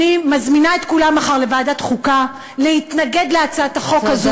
אני מזמינה את כולם מחר לוועדת החוקה להתנגד להצעת החוק הזו,